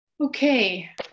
Okay